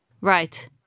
Right